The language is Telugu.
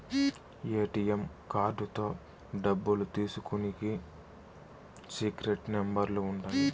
ఏ.టీ.యం కార్డుతో డబ్బులు తీసుకునికి సీక్రెట్ నెంబర్లు ఉంటాయి